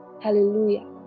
hallelujah